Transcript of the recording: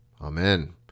Amen